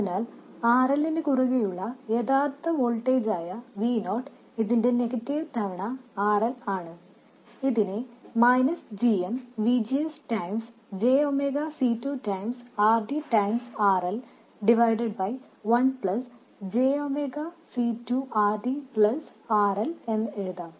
അതിനാൽ RL നു കുറുകേയുള്ള യഥാർത്ഥ വോൾട്ടേജായ V നോട്ട് ഇതിന്റെ നെഗറ്റീവ് ഗുണിക്കണം RL ആണ് ഇതിനെ മൈനസ് g m VGS ഗുണനം j ഒമേഗ C 2 ഗുണനം RD ഗുണനം R L divided by one plus j omega C2 RD plus RL എന്നു എഴുതാം